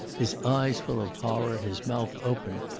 his eyes full of horror, his mouth open.